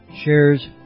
shares